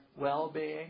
well-being